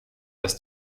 dass